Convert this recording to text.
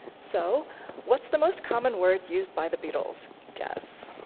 so what's the most common word used by the beatles? guess.